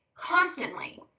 constantly